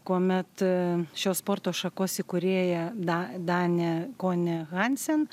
kuomet a šios sporto šakos įkūrėja da danė kone hansen